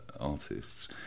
artists